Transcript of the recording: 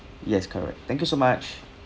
yes correct thank you so much